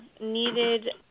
needed